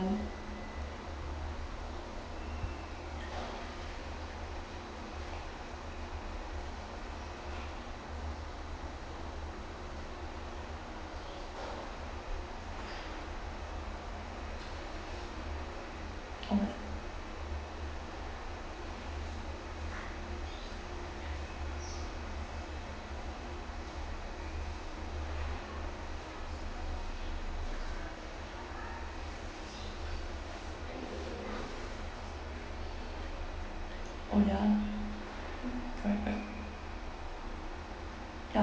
oh ya correct correct ya